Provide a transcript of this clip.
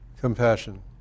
compassion